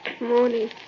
Morning